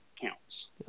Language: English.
counts